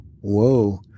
whoa